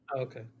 Okay